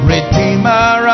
Redeemer